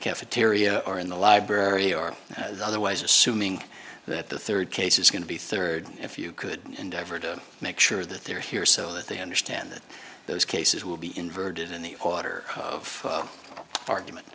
cafeteria or in the library or otherwise assuming that the third case is going to be third if you could endeavor to make sure that they're here so that they understand that those cases will be inverted in the order of argument